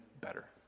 better